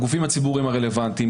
הגופים הציבוריים הרלוונטיים.